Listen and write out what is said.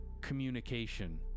communication